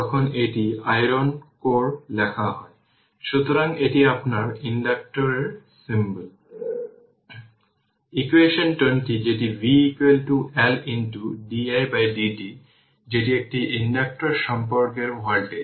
সুতরাং এটি একটি সাধারণ সার্কিট যা আপনার 23টি N ইন্ডাক্টরগুলির সিরিজ কম্বিনেশন দেখায় যেখানে ভোল্টেজ v আছে L1 L2 L3 সবগুলি LN পর্যন্ত সবগুলি এই i ভোল্টেজের সাথে প্রবাহিত সিরিজ কারেন্টে সংযুক্ত রয়েছে L1 জুড়ে v1 এবং L2 হল b2 এইভাবে LN জুড়ে vN তাই এটি N ইন্ডাক্টরের সিরিজ কানেকশন